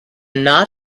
not